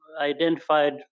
identified